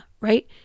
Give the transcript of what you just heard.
right